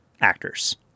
actors